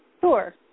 Sure